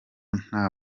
nta